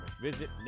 Visit